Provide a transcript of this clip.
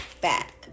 back